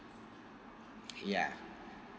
ya